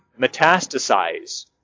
metastasize